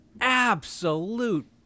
Absolute